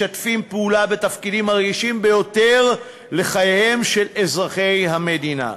משתפים פעולה בתפקידים הרגישים ביותר לחייהם של אזרחי המדינה.